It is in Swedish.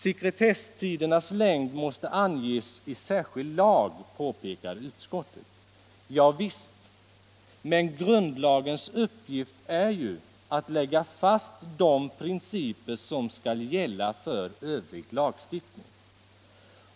Sekretesstidernas längd måste anges i särskild lag, påpekar utskottet. Ja visst. Men grundlagens uppgift är att lägga fast de principer som skall gälla för övrig lagstiftning.